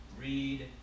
read